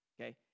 Okay